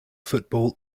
football